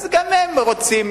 אז גם הם רוצים